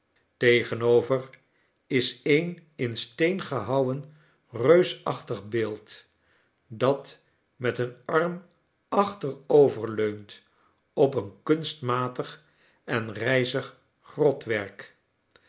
tegenover is een in steen gehouwen reusachtig beeld dat met een arm achteroverleunt op een kunstmatig en